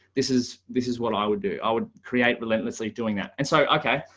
this is this is what i would do. i would create relentlessly doing that and so okay,